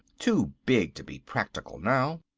too big to be practical now.